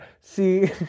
See